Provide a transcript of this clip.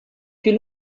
più